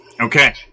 Okay